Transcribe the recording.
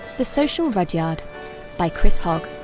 the social rudyard by chris hogg.